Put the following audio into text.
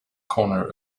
corner